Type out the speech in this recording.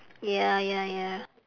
ya ya ya